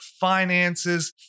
finances